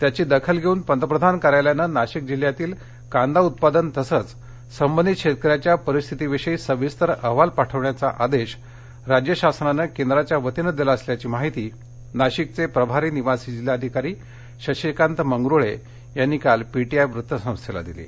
त्याची दखल घेऊन पंतप्रधान कार्यालयानं नाशिक जिल्ह्यातील कांदा उत्पादन तसंच संबंधित शेतकऱ्याच्या परिस्थितीविषयी सविस्तर अहवाल पाठवण्याचा आदेश राज्य शासनानं केंद्राच्या वतीनं दिला असल्याची माहिती नाशिकचे प्रभारी निवासी जिल्हाधिकारी शशिकांत मंगरुळे यांनी काल पीटीआय वृत्तसंस्थेला दिली आहे